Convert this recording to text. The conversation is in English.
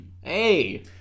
Hey